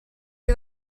you